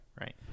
Right